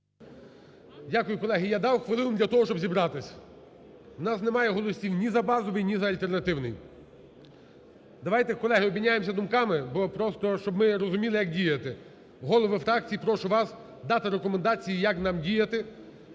Дякую, колеги. Я дав хвилину для того, щоб зібратися. В нас немає голосів ні за базовий, ні за альтернативний. Давайте, колеги, обміняємося думками, щоб ми розуміли, як діяти. Голови фракцій, прошу вас дати рекомендації, як нас діяти,